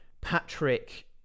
Patrick